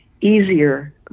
easier